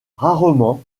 rarement